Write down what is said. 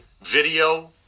video